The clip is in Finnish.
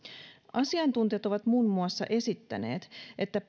asiantuntijat ovat muun muassa esittäneet että